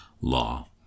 law